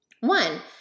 one